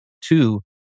Two